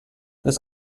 this